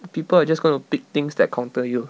people are just gonna pick things that counter you